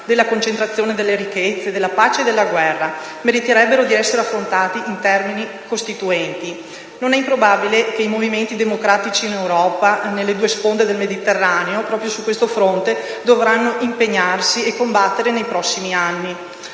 della concentrazione delle ricchezze, della pace e della guerra meriterebbero di essere affrontate in termini costituenti. Non è improbabile che i movimenti democratici in Europa e nelle due sponde del Mediterraneo proprio su questo fronte dovranno impegnarsi e combattere nei prossimi anni.